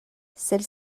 celle